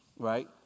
Right